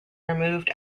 removed